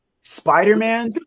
Spider-Man